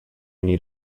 need